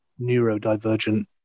neurodivergent